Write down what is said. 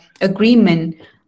agreement